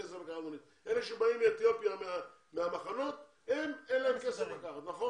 אלה שבאים מאתיופיה, להם אין כסף לקחת מונית.